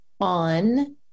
On